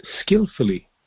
skillfully